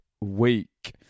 week